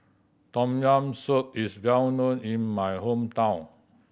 Tom Yam Soup is well known in my hometown